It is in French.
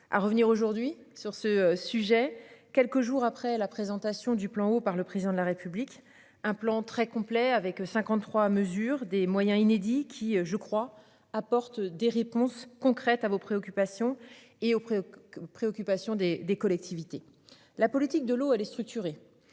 à revenir aujourd'hui sur ce sujet. Quelques jours après la présentation du plan eau par le président de la République, un plan très complet, avec 53 à mesure des moyens inédits qui je crois apporte des réponses concrètes à vos préoccupations et auprès. Préoccupations des des collectivités. La politique de l'eau, elle est structurée.